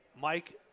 Mike